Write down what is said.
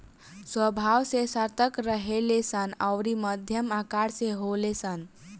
स्वभाव से सतर्क रहेले सन अउरी मध्यम आकर के होले सन